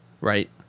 right